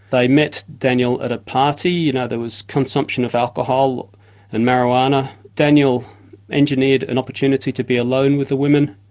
they met daniel at a party you know, there was consumption of alcohol and marihuana. daniel engineered an opportunity to be alone with the women,